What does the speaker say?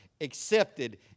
accepted